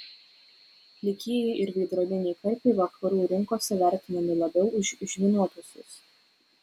plikieji ir veidrodiniai karpiai vakarų rinkose vertinami labiau už žvynuotuosius